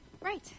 Right